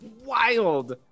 wild